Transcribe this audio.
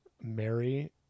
Mary